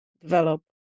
develop